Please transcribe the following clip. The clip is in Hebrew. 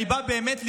אני בא באמת לשאול,